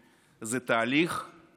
זה תהליך, זו אמת.